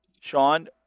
Sean